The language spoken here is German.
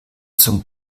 zum